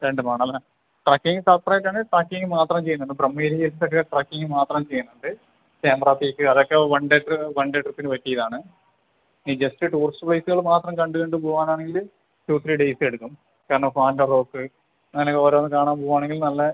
രണ്ടും വേണം അല്ലേ ട്രക്കിംഗ് സെപ്പറേറ്റ് ആണ് ട്രക്കിംഗ് മാത്രം ചെയ്യുന്നുണ്ട് ഫ്രം ഏരി ഹിൽസ് ഒക്കെ ട്രക്കിംഗ് മാത്രം ചെയ്യുന്നുണ്ട് ചെമ്പ്ര പീക്ക് അതൊക്കെ വൺ ഡേ വൺ ഡേ ട്രിപ്പിന് പറ്റിയതാണ് ഈ ജസ്റ്റ് ടൂറിസ്റ്റ് പ്ലേസുകൾ മാത്രം കണ്ട് കണ്ട് പോകാനാണെങ്കിൽ ടു ത്രീ ഡേയ്സ് എടുക്കും കാരണം ഫാൻറ്റം റോക്ക് അങ്ങനെ ഒക്കെ ഓരോന്നും കാണാൻ പോവാണെങ്കിൽ നല്ല